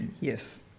Yes